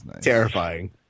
Terrifying